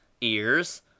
ears